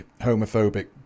homophobic